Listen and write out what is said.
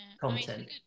content